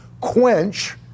Quench